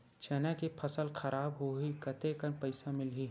चना के फसल खराब होही कतेकन पईसा मिलही?